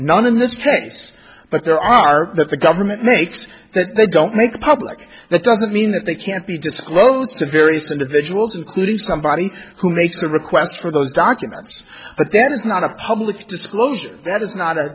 none in this case but there are that the government makes that they don't make public that doesn't mean that they can't be disclosed to various individuals including somebody who makes a request for those documents but then it's not a public disclosure that is not